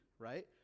right